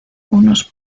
unos